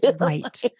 right